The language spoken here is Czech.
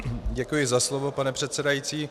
Děkuji za slovo, pane předsedající.